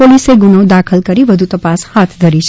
પોલીસે ગુનો દાખલ કરી વધુ તપાસ હાથ ધરી છે